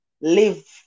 live